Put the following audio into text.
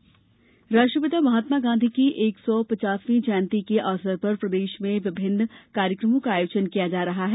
गांधी पर्व राष्ट्रपिता महात्मा गांधी की एक सौ पचासवीं जयंती के अवसर पर प्रदेश में विभिन्न कार्यक्रमों का आयोजन किया जा रहा है